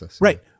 Right